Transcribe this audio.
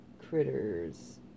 critters